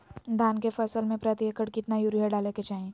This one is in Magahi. धान के फसल में प्रति एकड़ कितना यूरिया डाले के चाहि?